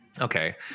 Okay